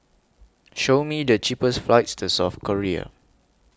Show Me The cheapest flights to South Korea